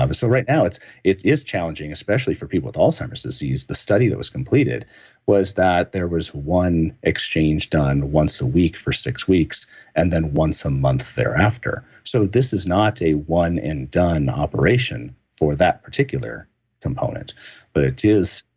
um so, right now, it is challenging, especially for people with alzheimer's disease the study that was completed was that there was one exchange done once a week for six weeks and then once a month thereafter. so, this is not a one and done operation for that particular component but it is.